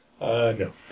No